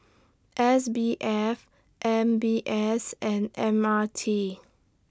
S B F M B S and M R T